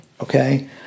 okay